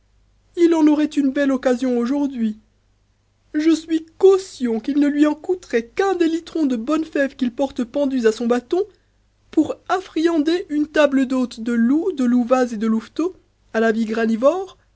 il en aurait une belle occasion aujourd'hui je suis caution qu'il ne lui en coûterait qu'un des litrons de bonnes fèves qu'il porte pendus à son bâton pour anriander une table d'hôte de loups de louvats et de louveteaux a la vie granivore